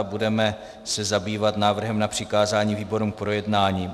Budeme se zabývat návrhem na přikázání výborům k projednání.